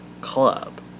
club